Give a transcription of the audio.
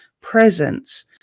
presence